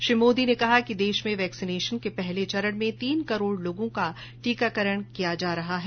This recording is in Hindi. श्री मोदी ने कहा कि देश में वैक्सीनेशन के पहले चरण में तीन करोड़ लोगों का टीकाकरण किया जा रहा है